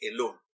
alone